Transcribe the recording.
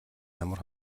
ямар